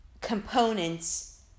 components